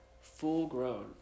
full-grown